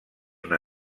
una